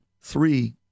three